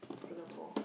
Singapore